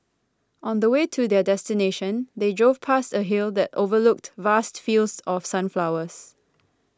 on the way to their destination they drove past a hill that overlooked vast fields of sunflowers